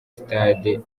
stade